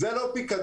זה לא פיקדון.